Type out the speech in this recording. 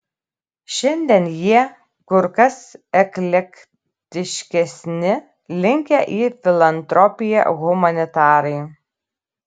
šiandien jie kur kas eklektiškesni linkę į filantropiją humanitarai